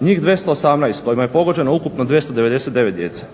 njih 218 kojima je pogođeno ukupno 299 djece.